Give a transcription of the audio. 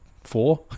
four